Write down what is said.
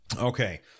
okay